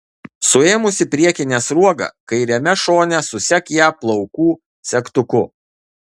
suėmusi priekinę sruogą kairiame šone susek ją plaukų segtuku